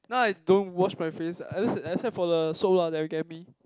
now I don't wash my face I just except for the soap lah that you gave me